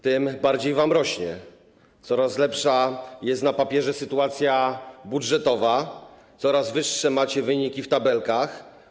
tym bardziej wam rośnie - coraz lepsza jest na papierze sytuacja budżetowa, coraz wyższe macie wyniki w tabelkach.